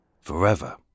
forever